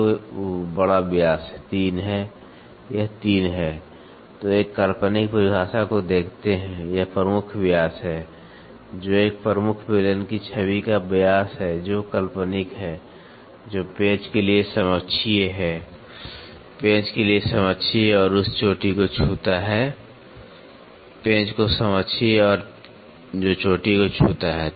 तो बड़ा व्यास 3 है यह 3 है तो एक काल्पनिक परिभाषा को देखते हैं यह प्रमुख व्यास है जो एक प्रमुख बेलन की छवि का व्यास है जो काल्पनिक है जो पेंच के लिए समाक्षीय है पेंच के लिए समाक्षीय और उस चोटी को छूता है पेंच को समाक्षीय और जो चोटी को छूता है